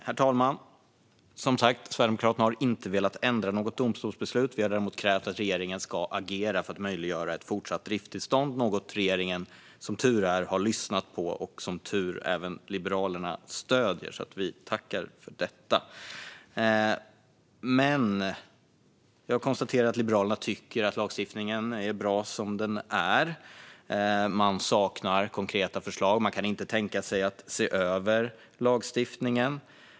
Herr talman! Sverigedemokraterna har som sagt inte velat ändra något domstolsbeslut men krävt att regeringen ska agera för att möjliggöra ett fortsatt driftstillstånd. Regeringen har som tur är lyssnat på detta, och Liberalerna stöder det, vilket vi tackar för. Jag konstaterar dock att Liberalerna tycker att lagstiftningen är bra som den är. Konkreta förslag saknas, och de kan inte heller tänka sig att se över lagstiftningen.